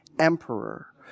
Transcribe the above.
emperor